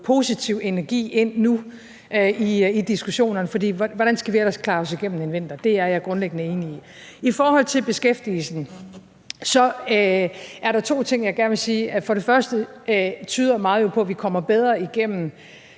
positiv energi ind i diskussionerne, for hvordan skal vi ellers klare os igennem en vinter? Det er jeg grundlæggende enig i. I forhold til beskæftigelsen er der to ting, jeg gerne vil sige. Først og fremmest tyder meget jo på, at vi kommer bedre igennem